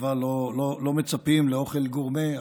בצבא לא מצפים לאוכל גורמה,